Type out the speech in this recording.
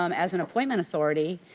um as an appointment authority,